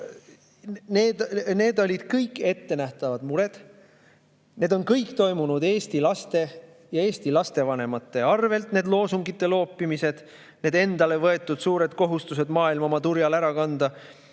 need olid kõik ettenähtavad mured. Need on kõik toimunud eesti laste ja eesti lapsevanemate arvel – need loosungite loopimised, need endale võetud suured kohustused maailm oma turjal ära kanda.